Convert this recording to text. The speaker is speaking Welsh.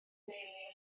deulu